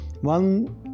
One